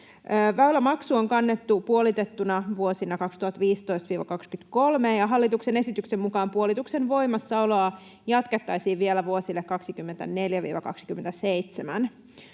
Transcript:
Väylämaksua on kannettu puolitettuna vuosina 2015—2023, ja hallituksen esityksen mukaan puolituksen voimassaoloa jatkettaisiin vielä vuosille 2024—2027.